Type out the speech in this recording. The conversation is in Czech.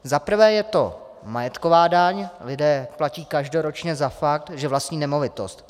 Za prvé je to majetková daň, lidé platí každoročně za fakt, že vlastní nemovitost.